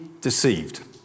deceived